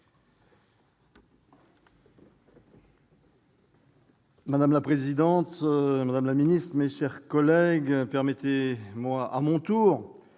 Madame la présidente, madame la ministre, mes chers collègues, permettez-moi à mon tour,